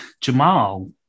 Jamal